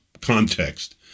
context